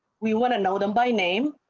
we want to know them by name.